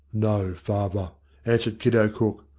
no, father answered kiddo cook.